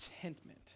contentment